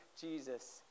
Jesus